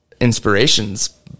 inspirations